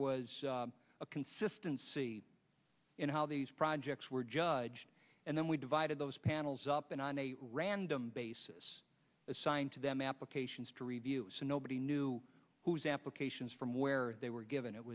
was a consistency in how these projects were judged and then we divided those panels up and on a random basis assigned to them applications to review so nobody knew whose applications from where they were given it